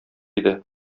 иде